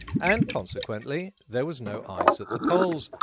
and consequently, there was no ice at the poles.